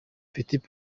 petit